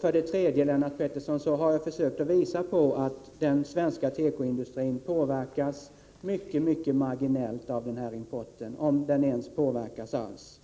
För det tredje, Lennart Pettersson, har jag försökt påvisa att den svenska tekoindustrin påverkas ytterst marginellt av denna import — om den ens påverkas alls.